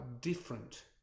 different